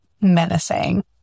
menacing